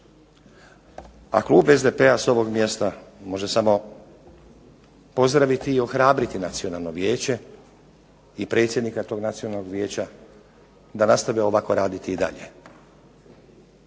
a klub SDP-a s ovog mjesta može samo pozdraviti i ohrabriti Nacionalno vijeće i predsjednika tog Nacionalnog vijeća da nastave ovako raditi i dalje.